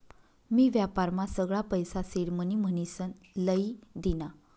मी व्यापारमा सगळा पैसा सिडमनी म्हनीसन लई दीना